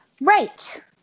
Right